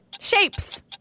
Shapes